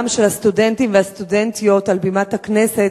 של הסטודנטים והסטודנטיות על בימת הכנסת,